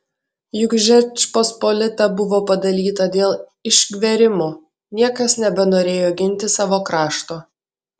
juk žečpospolita buvo padalyta dėl išgverimo niekas nebenorėjo ginti savo krašto